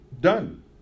done